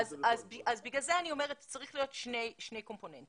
לכן אני חושבת שצריכים להיות שני קומפוננטים: